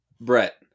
Brett